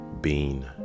Bean